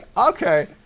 Okay